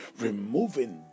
removing